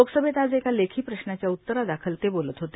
लोकसभेत आज एका लेखी प्रश्नाच्या उत्तरादाखल ते बोलत होते